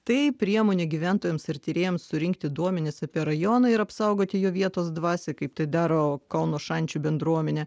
tai priemonė gyventojams ir tyrėjams surinkti duomenis apie rajoną ir apsaugoti jo vietos dvasią kaip tai daro kauno šančių bendruomenė